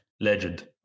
Legend